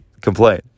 complain